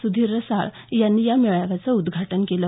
सुधीर रसाळ यांनी या मेळाव्याचं उद्घाटन केलं